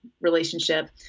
relationship